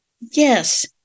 Yes